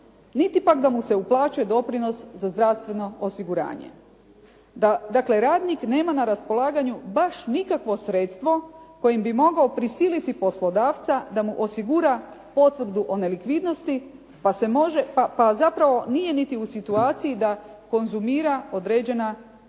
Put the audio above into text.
niti pak da mu se uplaćuje doprinos za zdravstveno osiguranje. Dakle, radnik nema na raspolaganju baš nikakvo sredstvo kojim bi mogao prisiliti poslodavca da mu osigura potvrdu o nelikvidnosti, pa zapravo nije niti u situaciji da konzumira određena zakonom